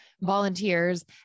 volunteers